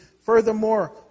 Furthermore